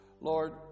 Lord